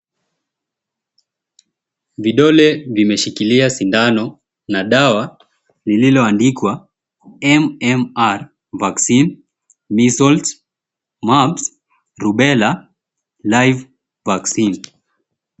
Vidole vimeshikilia sindano na dawa liiloandikwa, MMR Vaccine Measles Mumps Rubella Live Vaccine.